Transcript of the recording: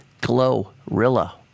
Glow-rilla